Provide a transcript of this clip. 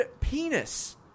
penis